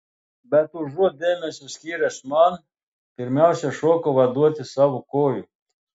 bet užuot dėmesio skyręs man pirmiausia šoko vaduoti savo kojų